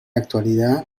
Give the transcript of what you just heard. actualidad